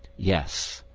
yes.